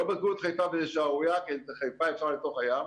לא בדקו את חיפה וזו שערורייה כי --- תוך הים,